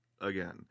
again